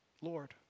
Lord